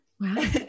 Wow